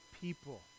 people